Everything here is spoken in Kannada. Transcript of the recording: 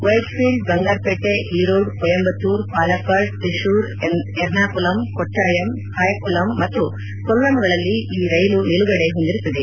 ವೈಟ್ಫೀಲ್ವ್ ಬಂಗಾರಪೇಟೆ ಈರೋಡ್ ಕೊಯಂಬತ್ತೂರ್ ಪಾಲಕ್ಕಾಡ್ ತ್ರಿಶ್ಯೂರ್ ಎರ್ನಾಕುಲಂ ಕೊಟ್ವಾಯಂ ಕಾಯಂಕುಲಮ್ ಮತ್ತು ಕೊಲ್ಲಂಗಳಲ್ಲಿ ಈ ರೈಲು ನಿಲುಗಡೆ ಹೊಂದಿರುತ್ತದೆ